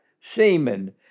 semen